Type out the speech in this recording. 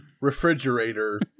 refrigerator